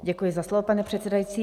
Děkuji za slovo, pane předsedající.